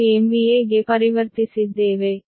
025 MVA ಗೆ ಪರಿವರ್ತಿಸಿದ್ದೇವೆ